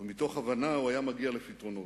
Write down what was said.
ומתוך הבנה הוא היה מגיע לפתרונות.